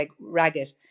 ragged